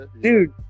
dude